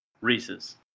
Reese's